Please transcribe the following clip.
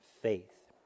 faith